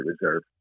reserve